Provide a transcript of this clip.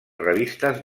revistes